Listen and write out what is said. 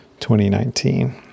2019